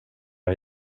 att